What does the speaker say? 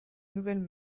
nouvelles